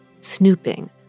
snooping